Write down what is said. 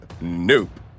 Nope